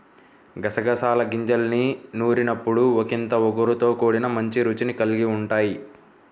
గసగసాల గింజల్ని నూరినప్పుడు ఒకింత ఒగరుతో కూడి మంచి రుచిని కల్గి ఉంటయ్